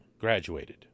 graduated